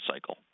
cycle